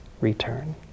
return